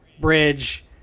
bridge